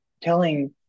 telling